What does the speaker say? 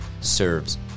serves